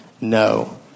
no